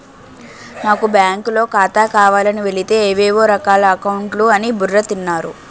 నాకు బాంకులో ఖాతా కావాలని వెలితే ఏవేవో రకాల అకౌంట్లు అని బుర్ర తిన్నారు